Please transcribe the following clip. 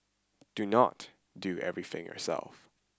do not do everything yourself